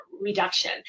reduction